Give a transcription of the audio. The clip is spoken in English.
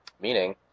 meaning